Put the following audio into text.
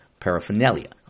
Paraphernalia